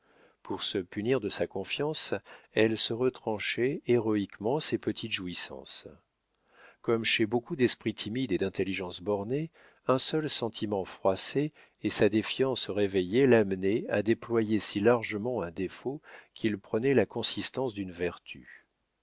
pour se punir de sa confiance elle se retranchait héroïquement ses petites jouissances comme chez beaucoup d'esprits timides et d'intelligence bornée un seul sentiment froissé et sa défiance réveillée l'amenaient à déployer si largement un défaut qu'il prenait la consistance d'une vertu